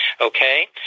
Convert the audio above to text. okay